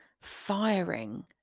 firing